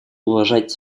уважать